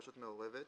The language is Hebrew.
רשות מעורבת),